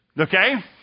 okay